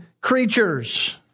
creatures